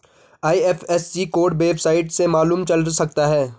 IFSC code website से मालूम चल सकता है